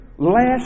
last